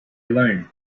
alone